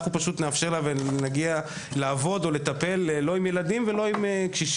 אנחנו פשוט נאפשר לה לעבוד או לטפל בילדים או בקשישים.